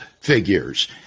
figures